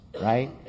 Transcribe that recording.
right